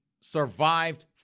survived